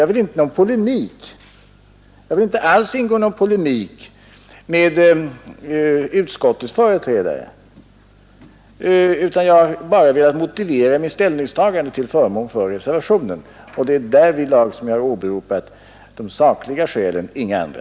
Jag vill inte alls ingå i någon polemik med utskottets företrädare, utan jag har bara velat motivera mitt ställningstagande till förmån för reservationen, och därvidlag har jag åberopat de sakliga skälen och inga andra.